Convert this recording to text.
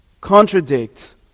contradict